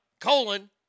colon